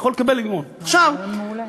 זה רעיון מעולה.